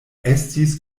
estis